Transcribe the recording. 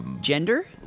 Gender